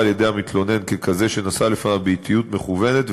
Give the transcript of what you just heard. על-ידי המתלונן כזה שנסע לפניו באטיות מכוונת,